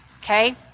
okay